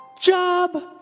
Job